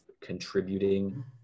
contributing